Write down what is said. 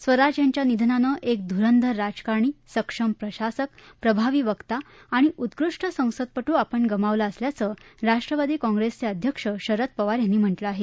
स्वराज यांच्या निधनानं एक धुरंधर राजकारणी सक्षम प्रशासक प्रभावी वक्ता आणि उत्कृष्ट संसदपटू आपण गमावला असल्याचं राष्ट्रवादी काँप्रेसचे अध्यक्ष शरद पवार यांनी म्हटलं आहे